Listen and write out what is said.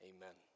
Amen